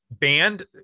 banned